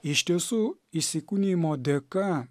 iš tiesų įsikūnijimo dėka